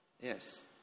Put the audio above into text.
Yes